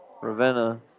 Ravenna